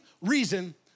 reason